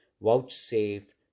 vouchsafe